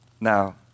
Now